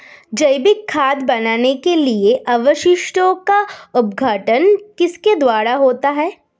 जैविक खाद बनाने के लिए अपशिष्टों का अपघटन किसके द्वारा होता है?